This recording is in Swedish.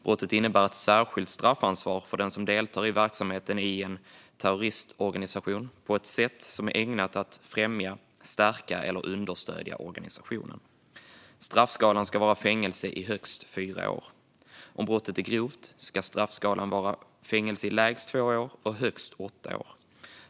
Brottet innebär ett särskilt straffansvar för den som deltar i verksamheten i en terroristorganisation på ett sätt som är ägnat att främja, stärka eller understödja organisationen. Straffskalan ska vara fängelse i högst 4 år. Om brottet är grovt ska straffskalan vara fängelse i lägst 2 år och högst 8 år.